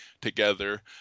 together